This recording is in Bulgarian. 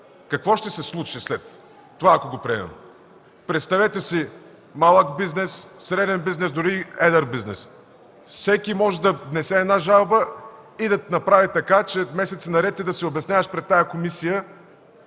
какво ще се случи, ако приемем това. Представете си малък бизнес, среден бизнес, дори едър бизнес – всеки може да внесе една жалба и да направи така, че месеци наред да се обясняваш пред тази комисия